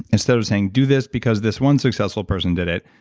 instead of saying, do this because this one successful person did it,